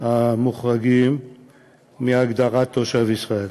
המוחרגים מגדר תושב ישראל.